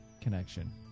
connection